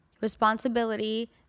responsibility